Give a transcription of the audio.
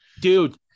Dude